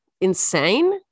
insane